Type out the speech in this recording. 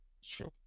sure